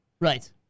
Right